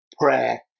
prayer